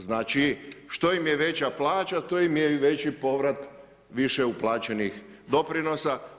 Znači što im je veća plaća, to im je i veći povrat, više uplaćenih doprinosa.